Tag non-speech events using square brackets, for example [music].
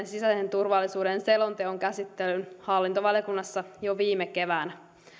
[unintelligible] sisäisen turvallisuuden selonteon eduskuntakäsittelyn hallintovaliokunnassa jo viime keväänä